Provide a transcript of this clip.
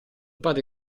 padre